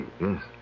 Yes